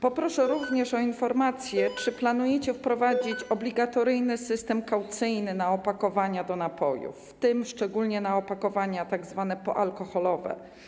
Poproszę również o informację: Czy planujecie wprowadzić obligatoryjny system kaucyjny na opakowania do napojów, w tym szczególnie na opakowania tzw. poalkoholowe?